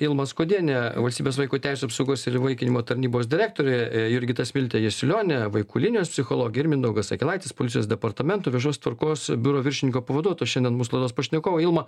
ilma skuodienė valstybės vaiko teisių apsaugos ir įvaikinimo tarnybos direktorė jurgita smiltė jasiulionė vaikų linijos psichologė ir mindaugas akelaitis policijos departamento viešos tvarkos biuro viršininko pavaduoto šiandien mūsų laidos pašnekovai ilma